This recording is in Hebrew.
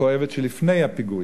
לפני הפיגועים.